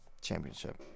Championship